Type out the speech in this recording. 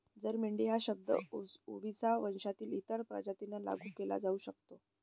जरी मेंढी हा शब्द ओविसा वंशातील इतर प्रजातींना लागू केला जाऊ शकतो